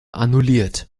annulliert